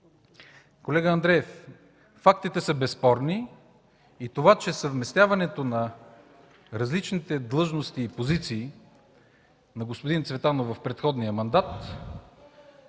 Колега Андреев, фактите са безспорни и съвместяването на различните длъжности и позиции на господин Цветанов в предходния мандат